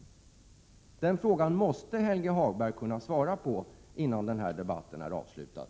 Den frågan måste Helge Hagberg kunna svara på innan denna debatt avslutas.